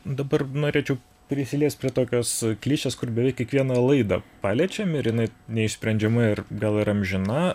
dabar norėčiau prisiliest prie tokios klišės kur beveik kiekvieną laidą paliečiam ir jinai neišsprendžiama ir gal ir amžina